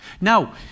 Now